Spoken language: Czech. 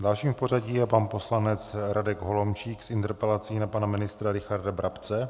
Dalším v pořadí je pan poslanec Radek Holomčík s interpelací na pana ministra Richarda Brabce.